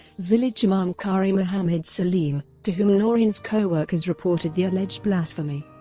village imam qari muhammad salim, to whom and noreen's coworkers reported the alleged blasphemy,